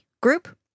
group